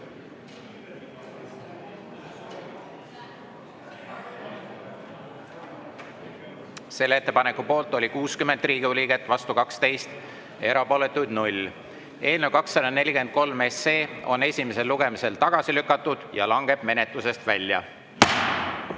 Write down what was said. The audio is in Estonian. Selle ettepaneku poolt oli 60 Riigikogu liiget, vastu 12, erapooletuid 0. Eelnõu 243 on esimesel lugemisel tagasi lükatud ja langeb menetlusest välja.